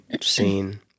scene